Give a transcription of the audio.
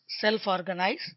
self-organize